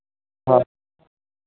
हाँ